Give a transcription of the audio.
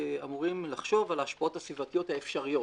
שאמורים לחשוב על ההשפעות הסביבתיות האפשריות.